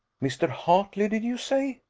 mr. hartley did you say?